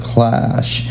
Clash